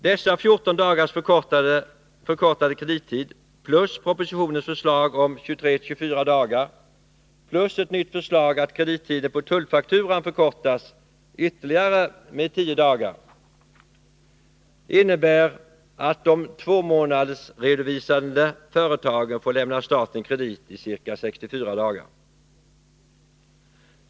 Denna med 14 dagar förkortade kredittid plus propositionens förslag om 23-24 dagar plus ett nytt förslag om att kredittiden på tullfakturan förkortas med ytterligare tio dagar innebär att de tvåmånadersredovisande företagen får lämna staten kredit i ca 64 dagar.